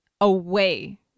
away